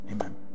Amen